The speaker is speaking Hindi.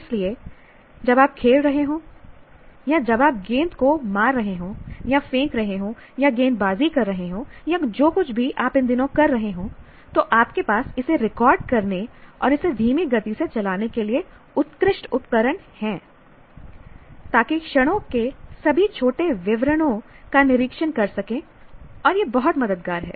इसलिए जब आप खेल रहे हों या जब आप गेंद को मार रहे हों या फेंक रहे हों या गेंदबाज़ी कर रहे हों या जो कुछ भी आप इन दिनों कर रहे हों तो आपके पास इसे रिकॉर्ड करने और इसे धीमी गति से चलाने के लिए उत्कृष्ट उपकरण हैं ताकि क्षणों के सभी छोटे विवरणों का निरीक्षण कर सके और यह बहुत मददगार हैं